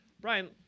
Brian